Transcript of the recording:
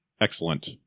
excellent